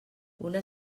una